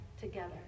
together